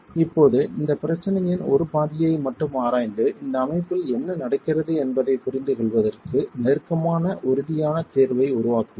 இப்போது இந்தப் பிரச்சனையின் ஒரு பாதியை மட்டும் ஆராய்ந்து இந்த அமைப்பில் என்ன நடக்கிறது என்பதைப் புரிந்துகொள்வதற்கு நெருக்கமான உறுதியான தீர்வை உருவாக்குவோம்